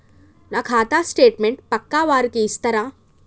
నా ఖాతా స్టేట్మెంట్ పక్కా వారికి ఇస్తరా?